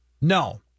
no